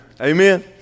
Amen